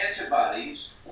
antibodies